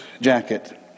jacket